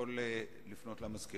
הוא יכול לפנות אל המזכיר.